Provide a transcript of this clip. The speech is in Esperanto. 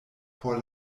por